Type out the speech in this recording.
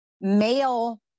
male